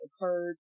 occurred